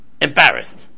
embarrassed